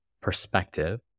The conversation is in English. perspective